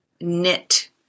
knit